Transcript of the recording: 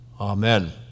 Amen